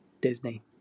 Disney